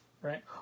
right